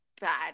bad